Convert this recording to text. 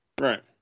Right